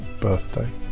birthday